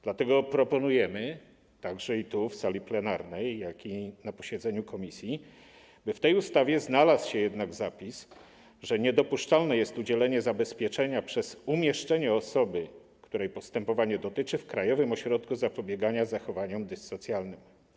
Dlatego proponujemy także i tu, w sali plenarnej, jak i na posiedzeniu komisji, by w tej ustawie znalazł się jednak zapis, że niedopuszczalne jest udzielenie zabezpieczenia przez umieszczenie osoby, której postępowanie dotyczy, w Krajowym Ośrodku Zapobiegania Zachowaniom Dyssocjalnym.